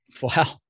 wow